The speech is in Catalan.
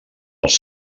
els